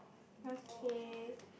okay